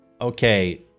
okay